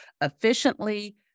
efficiently